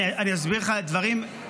אני אסביר לך דברים,